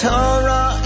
Torah